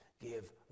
give